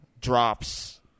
drops